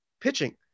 pitching